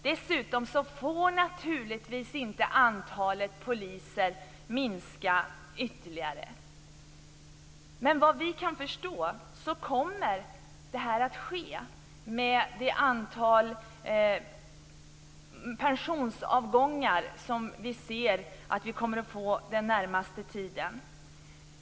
Dessutom får antalet poliser naturligtvis inte minska ytterligare. Men såvitt vi kan förstå kommer det att ske, genom det stora antalet pensionsavgångar den närmaste tiden.